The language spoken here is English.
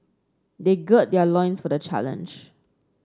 they gird their loins for the challenge